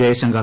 Jaishankar